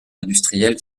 industrielle